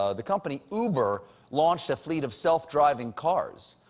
ah the company uber launched a fleet of self-driving cars.